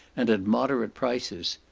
and at moderate prices.